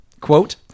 Quote